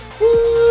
Woo